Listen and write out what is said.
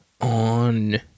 on